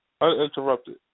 Uninterrupted